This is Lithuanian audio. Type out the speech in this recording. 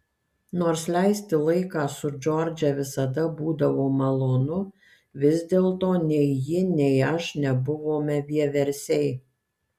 nors leisti laiką su džordže visada būdavo malonu vis dėlto nei ji nei aš nebuvome vieversiai